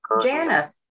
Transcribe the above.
Janice